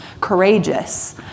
courageous